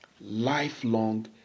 lifelong